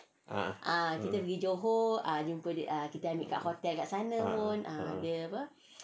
ah ah ah